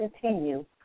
continue